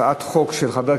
הצעת חוק זו לא